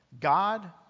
god